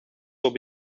will